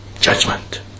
judgment